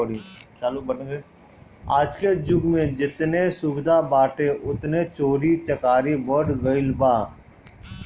आजके जुग में जेतने सुविधा बाटे ओतने चोरी चकारी बढ़ गईल बा